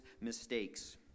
mistakes